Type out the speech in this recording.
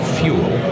fuel